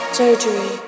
surgery